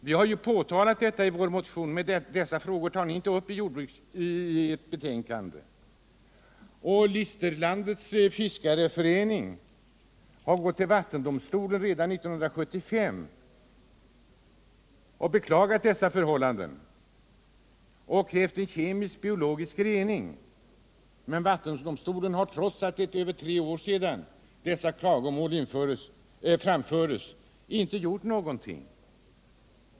Vi har påtalat dessa förhållanden i vår motion, men de frågorna tar jordbruksutskottet inte upp i sitt betänkande. Listerlandets fiskareförening gick till vattendomstolen redan 1975 och krävde komisk-biologisk rening. Vattendomstolen har trots att det är över tre år sedan dessa klagomål framfördes inte gjort någonting.